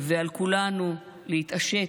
על כולנו להתעשת,